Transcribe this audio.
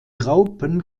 raupen